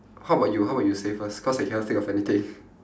how about you how about you say first cause I cannot think of anything